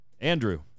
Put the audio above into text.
Andrew